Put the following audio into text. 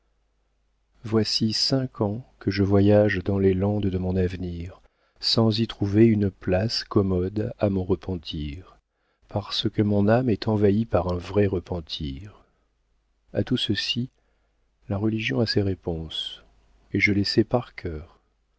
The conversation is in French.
voici cinq ans que je voyage dans les landes de mon avenir sans y trouver une place commode à mon repentir parce que mon âme est envahie par un vrai repentir a tout ceci la religion a ses réponses et je les sais par cœur